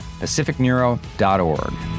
pacificneuro.org